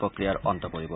প্ৰক্ৰিয়াৰ অন্ত পৰিব